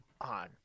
on